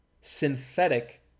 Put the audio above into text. synthetic